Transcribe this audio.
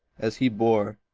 as he bore,